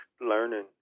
learning